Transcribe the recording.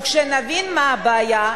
וכשנבין מה הבעיה,